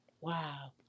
Wow